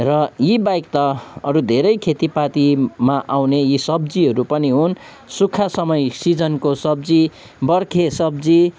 र यीबाहेक त अरू धेरै खेतीपातीमा आउने यी सब्जीहरू पनि हुन् सुखा समय सिजनको सब्जी बर्खे सब्जी